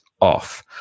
off